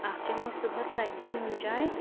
اکھ چیٚمو أسۍ صُبحس ستہِ بجہِ نُن چاے